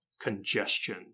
congestion